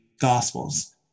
gospels